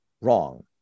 wrong